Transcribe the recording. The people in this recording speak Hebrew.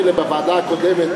מילא בוועדה הקודמת עוד,